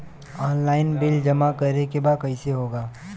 Online bill जमा करे के बा कईसे होगा?